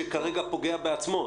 שכרגע פוגע בעצמו.